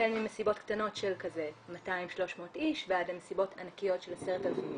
החל ממסיבות קטנות של 300-200 איש ועד למסיבות ענקיות של 10,000 איש.